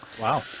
Wow